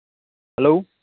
hello